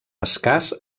escàs